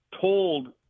told